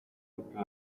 zip